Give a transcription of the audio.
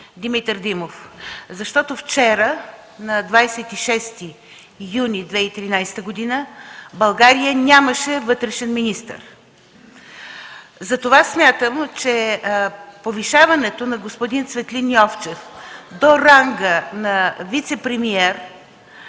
Димитър Димов, защото вчера, на 26 юни 2013 г., България нямаше вътрешен министър. Затова смятам, че повишаването на господин Цветлин Йовчев до ранга на вицепремиер,